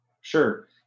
Sure